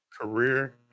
career